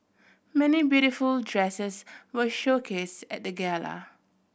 many beautiful dresses were showcase at the gala